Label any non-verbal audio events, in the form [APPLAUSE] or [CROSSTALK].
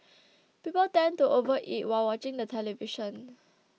[NOISE] people tend to overeat while watching the television